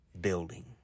building